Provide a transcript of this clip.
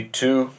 two